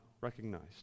recognized